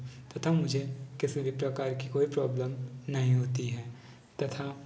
तथा मुझे किसी भी प्रकार की कोई प्रॉब्लम नहीं होती है तथा